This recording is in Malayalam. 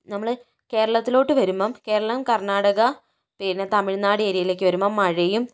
നമ്മൾ കേരളത്തിലോട്ട് വരുമ്പോൾ കേരളം കർണാടക പിന്നെ തമിഴ്നാട് ഏരിയയിലേക്ക് വരുമ്പോൾ മഴയും